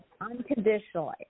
unconditionally